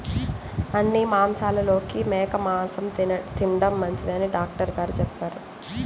అన్ని మాంసాలలోకి మేక మాసం తిండం మంచిదని డాక్టర్ గారు చెప్పారు